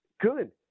Good